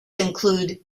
include